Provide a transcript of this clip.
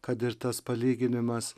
kad ir tas palyginimas